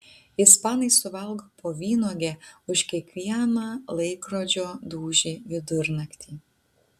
ispanai suvalgo po vynuogę už kiekvieną laikrodžio dūžį vidurnaktį